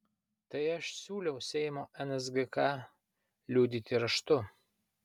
tai aš siūliau seimo nsgk liudyti raštu